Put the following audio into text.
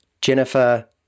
Jennifer